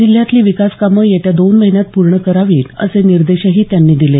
जिल्ह्यातली विकासकामं येत्या दोन महिन्यांत पूर्ण करावीत असे निर्देशही त्यांनी दिले